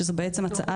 שזו בעצם הצעה.